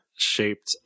shaped